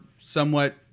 somewhat